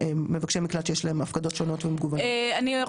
אני רוצה להציע הצעה יצירתית לפני שאני אתן לאפרת,